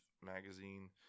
Magazine